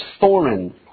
foreign